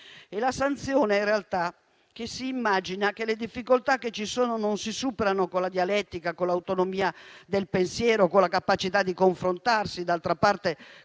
È la sanzione, in realtà, che si immagina che le difficoltà che ci sono non si superano con la dialettica, con l'autonomia del pensiero, con la capacità di confrontarsi - d'altra parte,